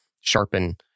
sharpen